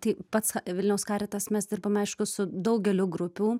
tai pats vilniaus caritas mes dirbame aišku su daugeliu grupių